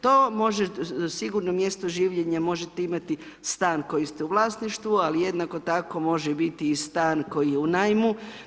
To može sigurno mjesto življenja možete imati stan koji ste u vlasništvu, ali jednako tako može biti i stan koji je u najmu.